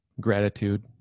gratitude